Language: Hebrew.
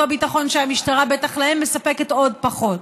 אותו ביטחון שהמשטרה בטח להם מספקת עוד פחות.